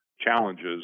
challenges